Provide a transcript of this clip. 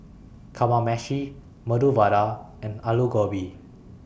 Kamameshi Medu Vada and Alu Gobi